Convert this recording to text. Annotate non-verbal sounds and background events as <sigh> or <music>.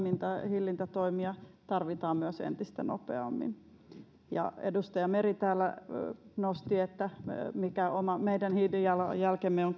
hillintätoimia tarvitaan entistä nopeammin edustaja meri täällä nosti että meidän hiilijalanjälkemme on <unintelligible>